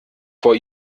vor